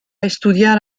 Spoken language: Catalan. estudiar